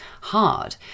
hard